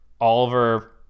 Oliver